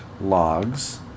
logs